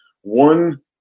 one